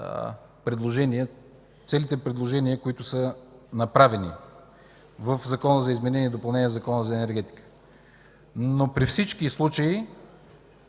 по отношение на целите предложения, които са направени в Закона за изменение и допълнение на Закона за енергетиката. Но при всички случаи